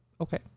okay